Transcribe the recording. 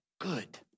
Good